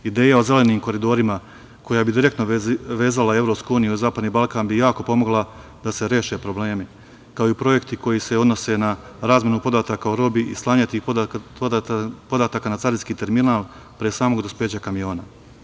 Ideja o zelenim koridorima koja bi direktno vezala EU i Zapadni Balkan bi jako pomogla da se reše problemi, kao i projekti koji se odnose na razmenu podataka o robi i slanja tih podataka na carinske terminal pre samog dospeća kamiona.